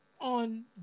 on